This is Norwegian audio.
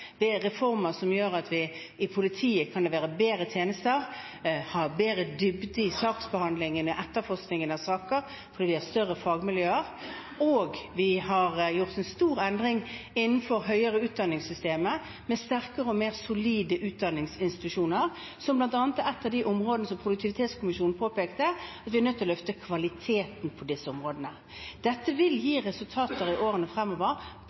reformer som gjør at politiet kan levere bedre tjenester, ha mer dybde i saksbehandlingen og i etterforskningen av saker, fordi de har større fagmiljøer. Vi har gjort en stor endring innenfor høyere utdanning-systemet, med sterkere og mer solide utdanningsinstitusjoner, som bl.a. er et av de områdene som Produktivitetskommisjonen påpekte at vi er nødt til å løfte kvaliteten på. Dette vil gi resultater i årene fremover